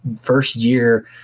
first-year